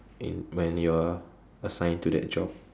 when you are assigned to that job